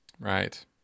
Right